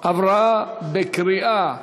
עברה בקריאה טרומית,